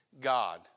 God